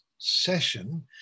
session